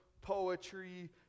poetry